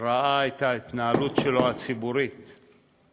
וראה את ההתנהלות הציבורית שלו,